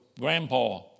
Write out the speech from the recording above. grandpa